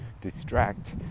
distract